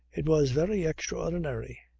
it was very extraordinary.